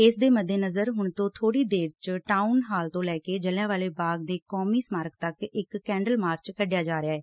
ਇਸੇ ਦੇ ਮੱਦੇਨਜ਼ਰ ਹੁਣ ਬੋਤੀ ਦੇਰ ਚ ਟਾਉਨ ਹਾਲ ਤੋਂ ਲੈ ਕੇ ਜਲਿਆਵਾਲੇ ਬਾਗ ਦੇ ਕੌਮੀ ਸਮਾਰਕ ਤੱਕ ਇਕ ਕੈਂਡਲ ਮਾਰਚ ਕੱਢਿਆ ਜਾ ਰਿਹੈ